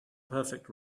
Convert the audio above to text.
perfect